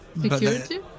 Security